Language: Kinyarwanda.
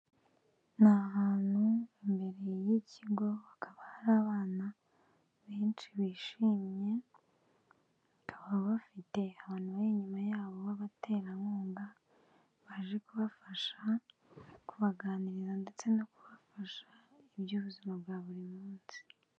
Ni ahantu imbere y'ikigo hakaba hari abana benshi bishimye, bakaba bafite abantu bari inyuma yabo b'abaterankunga baje kubafasha, kubaganiriza ndetse no kubafasha iby'ubuzima bwa buri munsi.